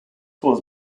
was